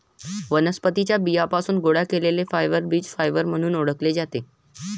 वनस्पतीं च्या बियांपासून गोळा केलेले फायबर बीज फायबर म्हणून ओळखले जातात